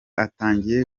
atangiye